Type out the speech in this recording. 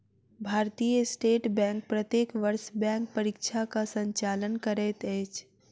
भारतीय state bank प्रत्येक वर्ष बैंक परीक्षाक संचालन करैत अछि